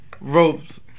ropes